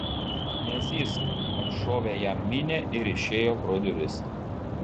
nezyzk atšovė jam minė ir išėjo pro duris